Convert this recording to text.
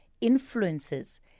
influences